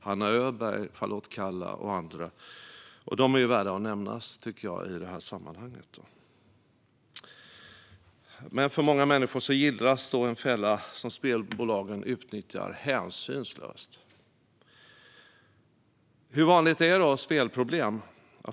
Jag tycker att de är värda att nämnas i detta sammanhang. Men för många människor gillras en fälla som spelbolagen utnyttjar hänsynslöst. Hur vanligt är då spelproblem?